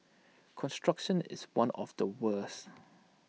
construction is one of the worst